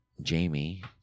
Jamie